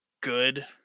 good